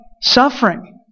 suffering